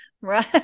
right